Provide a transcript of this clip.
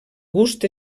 gust